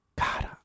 God